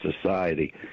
society